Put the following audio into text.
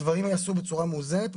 הדברים ייעשו בצורה מאוזנת,